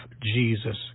Jesus